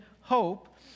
hope